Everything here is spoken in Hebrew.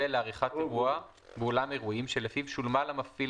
לעריכת אירוע באולם אירועים שלפיו שולמה למפעיל